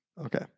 Okay